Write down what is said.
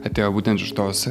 atėjo būtent iš tos